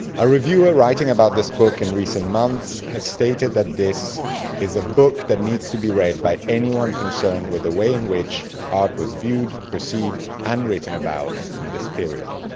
a reviewer writing about this book in recent months has stated that this is a book that needs to be read by anyone concerned with the way in which art was viewed, perceived, and written about in this period.